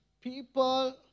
people